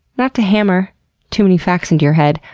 not to hammer too many facts into your head,